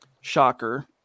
shocker